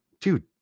dude